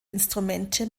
instrumente